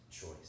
choice